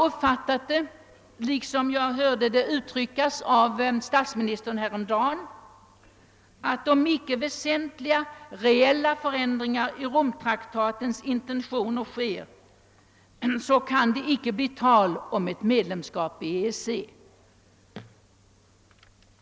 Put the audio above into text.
Detta överensstämmer med det uttalande som statsministern häromdagen gjorde om att det, såvida icke väsentliga reella förändringar genomförs i Romtraktatens intentioner, icke kan bli tal om ett svenskt medlemskap i EEC.